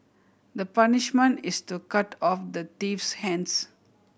the punishment is to cut off the thief's hands